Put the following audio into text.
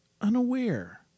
unaware